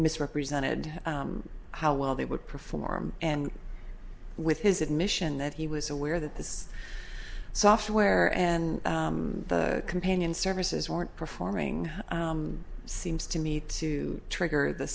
misrepresented how well they would perform and with his admission that he was aware that this software and companion services weren't performing seems to me to trigger the